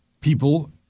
people